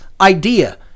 idea